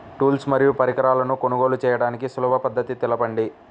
Tools మరియు పరికరాలను కొనుగోలు చేయడానికి సులభ పద్దతి తెలపండి?